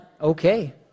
okay